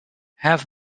have